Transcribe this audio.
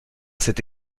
cet